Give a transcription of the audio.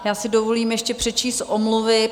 Já si dovolím ještě přečíst omluvy.